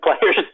players